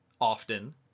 often